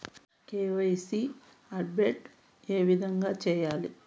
KYC update ఏ విధంగా సేయాలి?